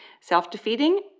self-defeating